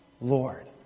Lord